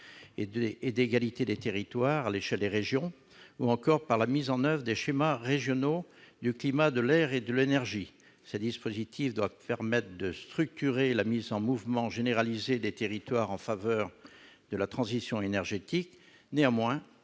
et d'égalité des territoires à l'échelle des régions, ou encore par la mise en oeuvre des schémas régionaux du climat, de l'air et de l'énergie. Ces dispositifs doivent permettre de structurer la mise en mouvement généralisée des territoires en faveur de la transition énergétique. Néanmoins,